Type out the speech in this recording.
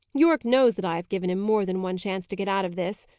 yorke knows that i have given him more than one chance to get out of this.